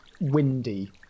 windy